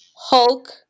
Hulk